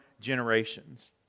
generations